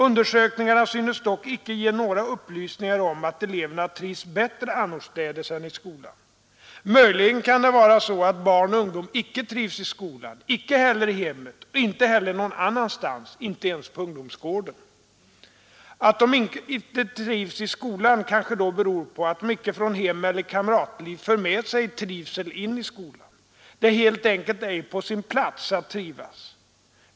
Undersökningarna synes dock icke ge några upplysningar om att eleverna trivs bättre annorstädes än i skolan. Möjligen kan det vara så att barn och ungdom icke trivs i skolan, icke heller i hemmet och icke heller någon annanstans, inte ens på ungdomsgården. Att de icke trivs i skolan, kanske då beror på att de icke från hem eller kamratliv för med sig trivsel in i skolan. Det är helt enkelt ej på sin plats att trivas.